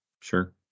Sure